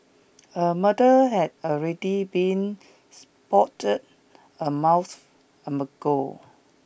a murder had already been spotted a month ago